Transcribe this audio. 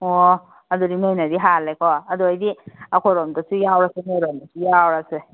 ꯑꯣ ꯑꯗꯨꯗꯤ ꯅꯣꯏꯅꯗꯤ ꯍꯥꯜꯂꯦꯀꯣ ꯑꯗꯨ ꯑꯣꯏꯔꯗꯤ ꯑꯩꯈꯣꯏꯔꯣꯝꯗꯁꯨ ꯌꯥꯎꯔꯁꯤ ꯅꯣꯏꯔꯣꯝꯗꯁꯨ ꯌꯥꯎꯔꯁꯦ